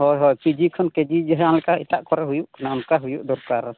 ᱦᱳᱭ ᱦᱳᱭ ᱠᱮᱡᱤ ᱠᱷᱚᱱ ᱯᱤᱡᱤ ᱡᱟᱦᱟᱸ ᱞᱮᱠᱟ ᱮᱴᱟᱜ ᱠᱚᱨᱮᱜ ᱦᱩᱭᱩᱜ ᱠᱟᱱᱟ ᱚᱱᱠᱟ ᱦᱩᱭᱩᱜ ᱫᱚᱨᱠᱟᱨ